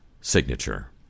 signature